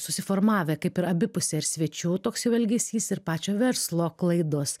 susiformavę kaip ir abipusė ir svečių toks jau elgesys ir pačio verslo klaidos